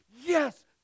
Yes